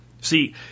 See